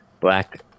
black